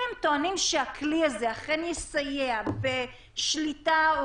אם הם טוענים שהכלי הזה אכן יסייע בשליטה או